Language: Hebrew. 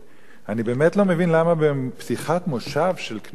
אני באמת לא מבין למה בפתיחת מושב של כנסת